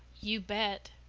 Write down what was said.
you bet!